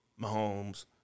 Mahomes